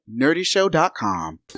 nerdyshow.com